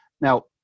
Now